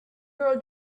girl